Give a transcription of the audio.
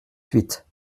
suite